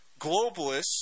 globalists